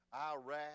Iraq